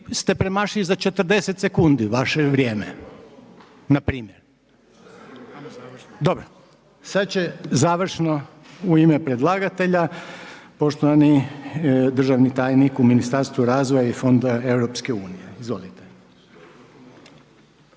ste premašili za 40 sekundi vaše vrijeme npr. Dobro, sad će završno u ime predlagatelja poštovani državni tajnik u Ministarstvu razvoja i fondova EU-a. **Žunac, Velimir**